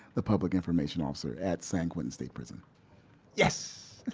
the public information officer at san quentin state prison yes.